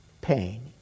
pain